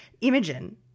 Imogen